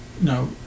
No